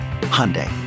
Hyundai